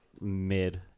mid